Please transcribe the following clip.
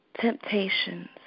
temptations